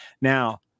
Now